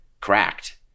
cracked